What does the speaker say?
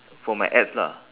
for my abs lah